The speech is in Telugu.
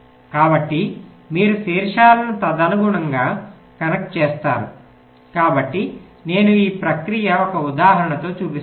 కాబట్టి మీరు శీర్షాలను తదనుగుణంగా కనెక్ట్ చేస్తారు కాబట్టి నేను ఈ ప్రక్రియ ఒక ఉదాహరణతో చూపిస్తాను